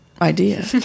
idea